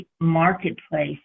marketplace